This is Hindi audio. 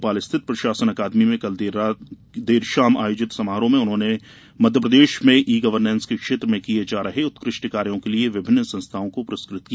भोपाल स्थित प्रशासन अकादमी में कल देर शाम आयोजित समारोह में उन्होंने मध्यप्रदेश में ई गवर्नेंस के क्षेत्र में किये जा रहे उत्कृष्ट कार्यों के लिये विभिन्न संस्थाओं को पुरस्कृत किया